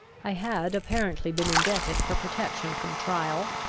i had apparently been indebted for protection from trial,